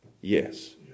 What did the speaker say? yes